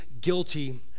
guilty